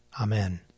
Amen